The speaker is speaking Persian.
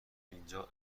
اینجا